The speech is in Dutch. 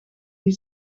die